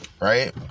right